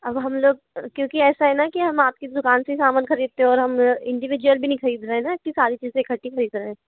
अब हम लोग क्योंकि ऐसा है ना कि हम आपकी दुकान से सामान खरीदते और हम इंडिविजुअल भी नहीं खरीद रहे हैं ना की सारी चीजें इकट्ठी खरीद रहे हैं